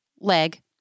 leg